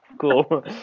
Cool